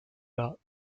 bas